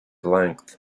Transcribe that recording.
length